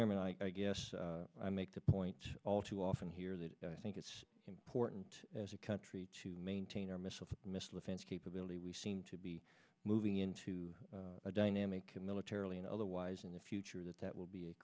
chairman i guess i make the point all too often here that i think it's important as a country to maintain our missile the missile defense capability we seem to be moving into a dynamic militarily and otherwise in the future that that will be